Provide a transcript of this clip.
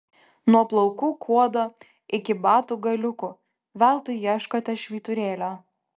nuo plaukų kuodo iki batų galiukų veltui ieškote švyturėlio